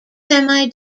semi